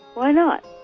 why not?